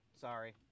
Sorry